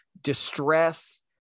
distress